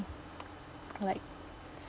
like s~